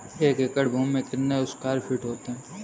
एक एकड़ भूमि में कितने स्क्वायर फिट होते हैं?